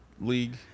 League